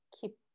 keep